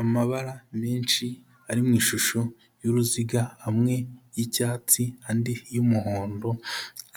Amabara menshi ari mu ishusho y'uruziga, amwe y'icyatsi, andi y'umuhondo,